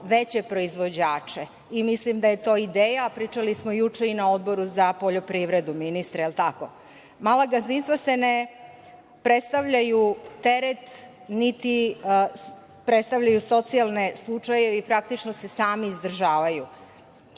veće proizvođače. Mislim da je to ideja, a pričali smo juče i na Odboru za poljoprivredu, ministre. Mala gazdinstva ne predstavljaju teret, niti predstavljaju socijalne slučajeve i praktično se sami izdržavaju.